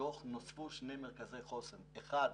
הדוח נוספו שני מרכזי חוסן: אחד